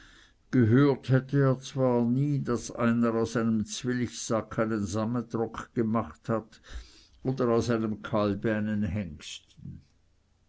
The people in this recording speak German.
gehört hätte er zwar nie daß einer aus einem zwilchsack einen sammetrock gemacht oder aus einem kalbe einen hengsten